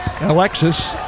Alexis